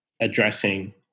addressing